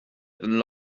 den